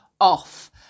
off